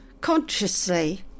consciously